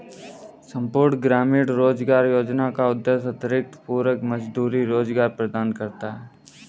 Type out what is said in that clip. संपूर्ण ग्रामीण रोजगार योजना का उद्देश्य अतिरिक्त पूरक मजदूरी रोजगार प्रदान करना है